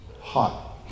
hot